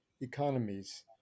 economies